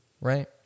right